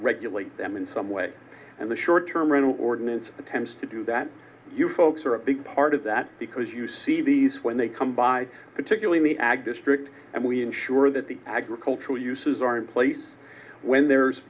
regulate them in some way and the short term rental ordinance attempts to do that you folks are a big part of that because you see these when they come by particularly ag districts and we ensure that the agricultural uses are in place when there's